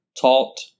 taught